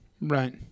Right